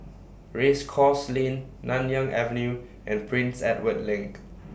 Race Course Lane Nanyang Avenue and Prince Edward LINK